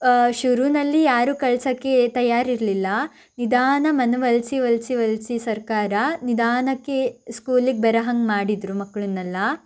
ಶುರುವಿನಲ್ಲಿ ಯಾರೂ ಕಳ್ಸೋಕ್ಕೆ ತಯಾರಿರಲಿಲ್ಲ ನಿಧಾನ ಮನವೊಲಿಸಿ ಒಲಿಸಿ ಒಲಿಸಿ ಸರ್ಕಾರ ನಿಧಾನಕ್ಕೆ ಸ್ಕೂಲಿಗೆ ಬರೋಹಾಗೆ ಮಾಡಿದರು ಮಕ್ಕಳನ್ನೆಲ್ಲ